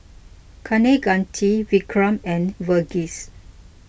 Kaneganti Vikram and Verghese